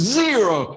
zero